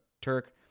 Turk